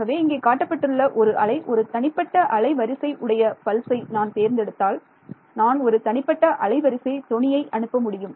ஆகவே இங்கே காட்டப்பட்டுள்ள ஒரு அலை ஒரு தனிப்பட்ட அலைவரிசை உடைய பல்சே நான் தேர்ந்தெடுத்தால் நான் ஒரு தனிப்பட்ட அலைவரிசை தொனியை அனுப்ப முடியும்